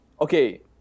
Okay